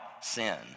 sin